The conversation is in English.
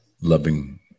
loving